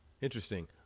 interesting